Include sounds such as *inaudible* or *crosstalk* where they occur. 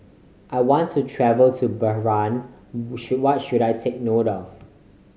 I want to travel to Bahrain *unintelligible* what should I take note of